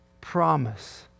promise